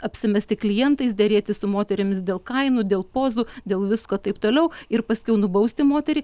apsimesti klientais derėtis su moterimis dėl kainų dėl pozų dėl visko taip toliau ir paskiau nubausti moterį